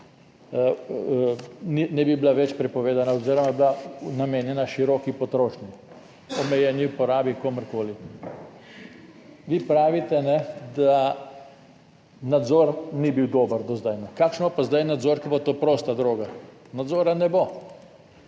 ne bi bila več prepovedana oziroma je bila namenjena široki potrošnji, omejeni uporabi, komerkoli. Vi pravite, da nadzor ni bil dober do zdaj. Kakšen bo pa zdaj nadzor, ko bo to prosta droga, nadzora ne bo.